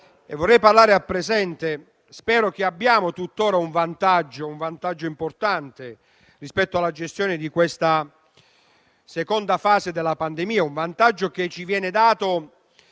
vorrei parlare al presente - spero che abbiamo tuttora un vantaggio importante rispetto alla gestione di questa seconda fase della pandemia; un vantaggio che ci viene dato